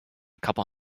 couple